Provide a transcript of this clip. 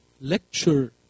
lecture